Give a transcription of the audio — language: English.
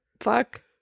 Fuck